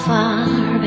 Far